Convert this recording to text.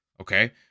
okay